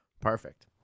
perfect